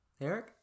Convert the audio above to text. Eric